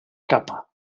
capa